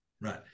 Right